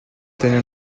tiene